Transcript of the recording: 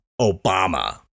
Obama